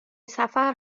سفر